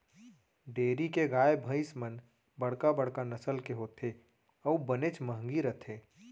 dairy के गाय भईंस मन बड़का बड़का नसल के होथे अउ बनेच महंगी रथें